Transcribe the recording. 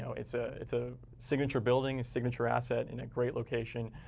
so it's ah it's a signature building, a signature asset in a great location.